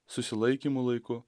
susilaikymo laiku